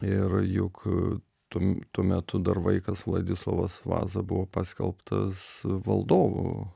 ir juk tuom tuo metu dar vaikas vladislovas vaza buvo paskelbtas valdovu